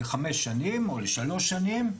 לחמש שנים או לשלוש שנים.